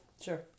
Sure